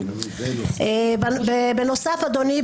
אדוני,